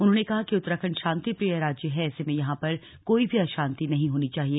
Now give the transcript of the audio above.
उन्होंने कहा कि उत्तराखंड शांतिप्रिय राज्य है ऐसे में यहां पर कोई भी अशांति नहीं होनी चाहिए